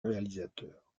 réalisateur